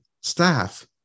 staff